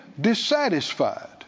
dissatisfied